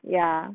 ya